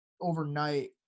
overnight